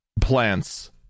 plants